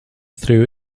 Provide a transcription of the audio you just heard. threw